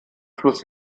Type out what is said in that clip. fluss